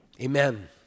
amen